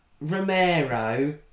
Romero